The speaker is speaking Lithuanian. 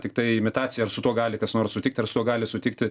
tiktai imitaciją ar su tuo gali kas nors sutikti ar su tuo gali sutikti